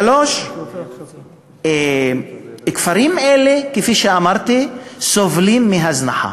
3. כפרים אלה, כפי שאמרתי, סובלים מהזנחה,